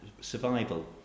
survival